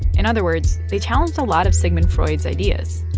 in other words, they challenged a lot of sigmund freud's ideas.